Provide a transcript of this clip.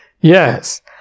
Yes